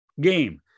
game